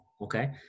Okay